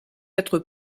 être